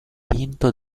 vinto